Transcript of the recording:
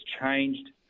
changed